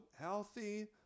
healthy